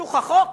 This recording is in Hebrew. בתוך החוק